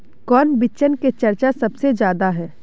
कौन बिचन के चर्चा सबसे ज्यादा है?